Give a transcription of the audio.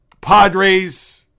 Padres